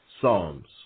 Psalms